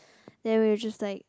then we'll just like